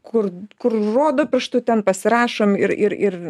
kur kur rodo pirštu ten pasirašom ir ir ir